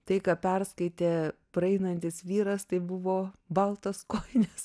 tai ką perskaitė praeinantis vyras tai buvo baltos kojinės ir